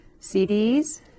CDs